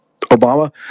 Obama